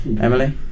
Emily